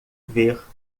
ver